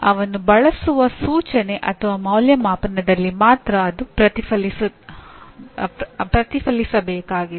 ಅವನು ಬಳಸುವ ಸೂಚನೆ ಅಥವಾ ಅಂದಾಜುವಿಕೆಯಲ್ಲಿ ಮಾತ್ರ ಅದು ಪ್ರತಿಫಲಿಸಬೇಕಾಗಿದೆ